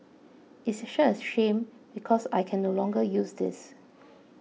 it's such a shame because I can no longer use this